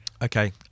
okay